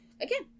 again